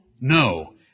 No